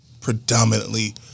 predominantly